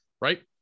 right